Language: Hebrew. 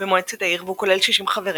במועצת העיר, והוא כולל 60 חברים.